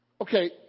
okay